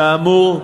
כאמור,